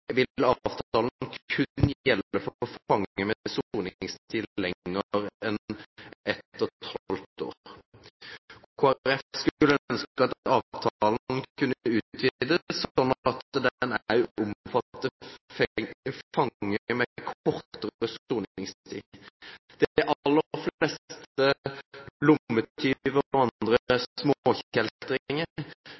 vil denne avtalen kun gjelde for fanger med soningstid lengre enn et og et halvt år. Kristelig Folkeparti skulle ønske at avtalen kunne utvides, slik at den også omfatter fanger med kortere soningstid. De aller fleste lommetyver og andre